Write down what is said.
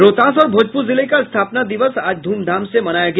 रोहतास और भोजपूर जिले का स्थापना दिवस आज धूमधाम से मनाया गया